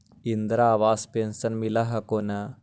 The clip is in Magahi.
इन्द्रा आवास पेन्शन मिल हको ने?